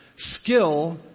Skill